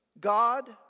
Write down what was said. God